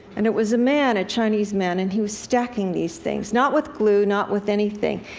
and it was a man, a chinese man, and he was stacking these things, not with glue, not with anything.